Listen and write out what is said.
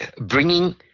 bringing